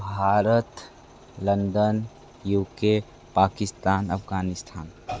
Bharat London U K Pakistan Afghanistan